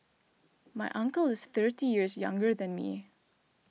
my uncle is thirty years younger than me